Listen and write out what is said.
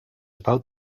about